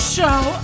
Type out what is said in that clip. Show